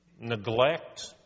Neglect